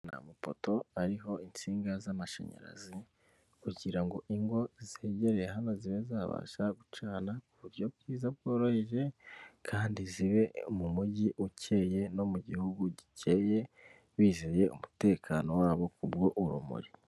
Amapoto ariho insinga z'amashanyarazi kugira ingo zegereye hano zibe zabasha gucana ku buryo bwiza bworoheje, kandi zibe mumujyi ucyeye no mu gihugu gikeye bizeye umutekano wabo kubw'urumuri.